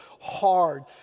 hard